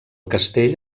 castell